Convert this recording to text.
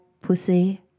pussy